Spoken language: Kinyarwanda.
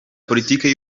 politiki